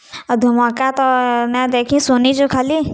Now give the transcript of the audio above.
ଅଉ ଧମାକା ତ ନାଏ ଦେଖି ଶୁନିଛୁ ଖାଲି